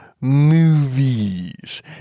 movies